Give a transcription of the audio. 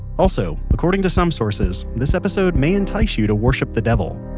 also, according to some sources, this episode may entice you to worship the devil.